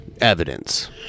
evidence